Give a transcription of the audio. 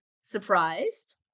surprised